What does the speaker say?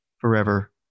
forever